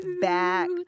back